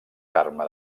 carme